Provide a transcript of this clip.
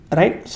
right